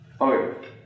Okay